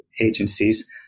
agencies